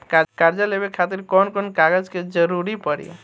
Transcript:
कर्जा लेवे खातिर कौन कौन कागज के जरूरी पड़ी?